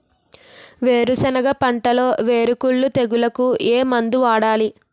వేరుసెనగ పంటలో వేరుకుళ్ళు తెగులుకు ఏ మందు వాడాలి?